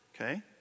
Okay